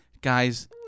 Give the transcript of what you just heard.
guys